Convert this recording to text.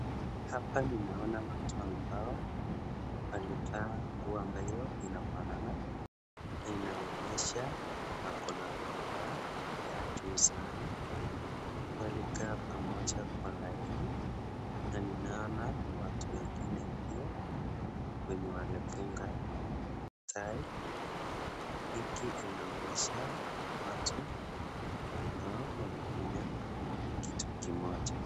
Hapa ninaona watu ambao wamevaa nguo ambayo imefanana, na inaonyesha wako na furaha ya juu sana, wamekaa pamoja kwa laini, na ninaona watu wengine pia wenye wamefunga tai, hiki inaonyesha watu ambao wanafanya kitu kimoja.